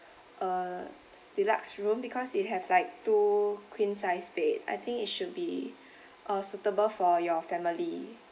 uh deluxe room because it has like two queen size bed I think it should be uh suitable for your family